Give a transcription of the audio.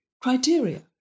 criteria